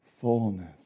Fullness